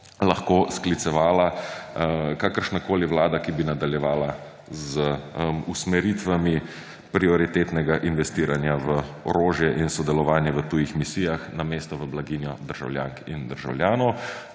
lahko sklicevala kakršnakoli vlada, ki bi nadaljevala z usmeritvami prioritetnega investiranja v orožje in sodelovanje v tujih misijah namesto v blaginjo državljank in državljanov;